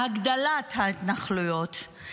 להגדלת ההתנחלויות.